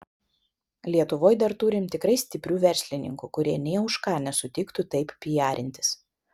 lietuvoj dar turim tikrai stiprių verslininkų kurie nė už ką nesutiktų taip pijarintis